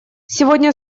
сегодня